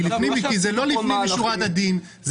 כי זה לא לפנים משורת הדין.